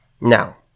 Now